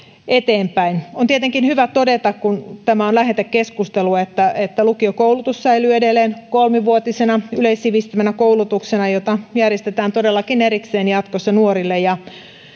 eteenpäin on tietenkin hyvä todeta kun tämä on lähetekeskustelu että että lukiokoulutus säilyy edelleen kolmivuotisena yleissivistävänä koulutuksena jota järjestetään jatkossa erikseen nuorille ja